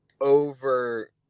over